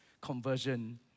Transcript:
conversion